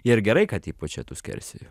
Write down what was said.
jie ir gerai kad įpučia tų skersvėjų